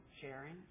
sharing